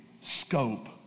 scope